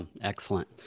Excellent